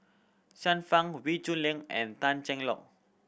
Xiu Fang Wee Shoo Leong and Tan Cheng Lock